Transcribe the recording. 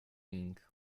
inc